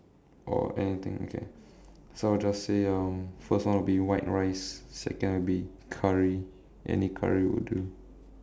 or anything okay so just say um first one will be white rice second will be curry any curry will do